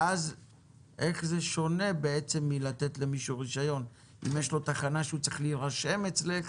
איך זה שונה מלתת למישהו רישיון אם יש לו תחנה שהוא צריך להירשם אצלך